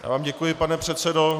Já vám děkuji, pane předsedo.